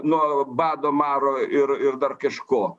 nuo bado maro ir ir dar kažko